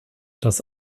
das